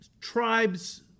tribes